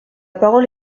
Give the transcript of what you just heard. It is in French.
parole